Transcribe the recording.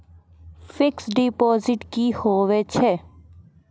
Fixed deposit की होय छै?